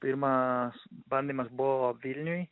pirmas bandymas buvo vilniuj